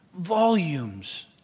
volumes